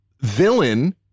villain